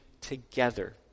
together